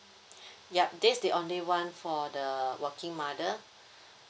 yup this the only one for the working mother